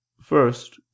First